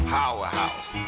powerhouse